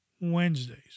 wednesdays